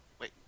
Wait